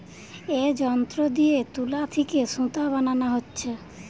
এ যন্ত্র দিয়ে তুলা থিকে সুতা বানানা হচ্ছে